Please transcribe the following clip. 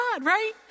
right